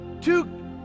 two